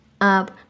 up